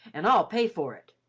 an' i'll pay for it.